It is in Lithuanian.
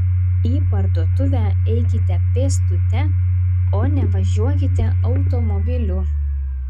į parduotuvę eikite pėstute o ne važiuokite automobiliu